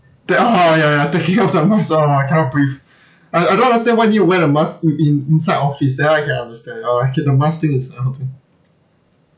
ta~ oh ya ya taking off the mask oh I cannot breathe I I don't understand why need to wear the mask in~ in~ inside office that one I cannot understand oh okay the mask thing is uh okay